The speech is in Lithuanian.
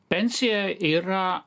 pensija yra